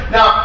Now